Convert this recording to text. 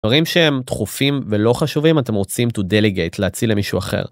דברים שהם דחופים ולא חשובים אם אתם רוצים to delegate, להאציל למישהו אחר.